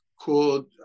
called